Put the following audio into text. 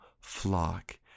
flock